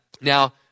Now